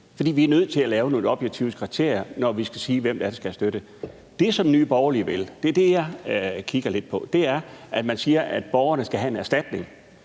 For vi er nødt til at lave nogle objektive kriterier, når vi skal beslutte, hvem det er, der skal have støtte. Det, som Nye Borgerlige siger – og det er det, jeg kigger lidt på – er, at man vil, at borgerne skal have en erstatning.